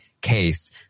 case